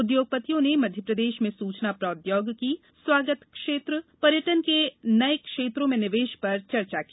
उद्योगपतियों ने मध्यप्रदेश में सूचना प्रौद्योगिकी स्वागत क्षेत्र पर्यटन के नए क्षेत्रों में निवेश पर चर्चा की